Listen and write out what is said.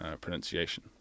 pronunciation